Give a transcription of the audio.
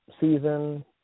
season